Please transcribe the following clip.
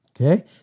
Okay